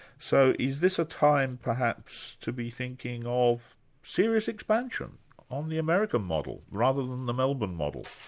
so is this a time perhaps to be thinking of serious expansion on the american model, rather than the melbourne model?